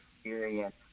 experience